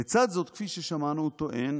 לצד זאת, כפי ששמענו, הוא טוען